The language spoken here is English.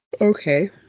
Okay